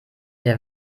der